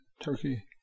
Turkey